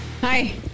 Hi